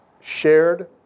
shared